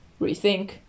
rethink